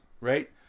right